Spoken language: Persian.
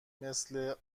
مثل